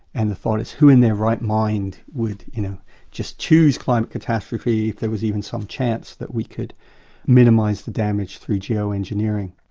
and the thought is, who in their right mind would you know choose climate catastrophe if there was even some chance that we could minimise the damage through geoengineering?